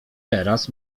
teraz